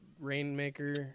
rainmaker